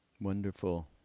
Wonderful